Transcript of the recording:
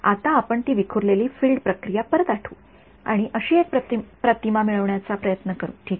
आता आपण ती विखुरलेली फील्ड प्रक्रिया परत आठवू आणि अशी एक प्रतिमा मिळवण्याचा प्रयत्न करू ठीक आहे